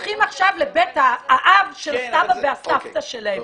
הולכים עכשיו לבית האב של הסבא והסבתא שלהם,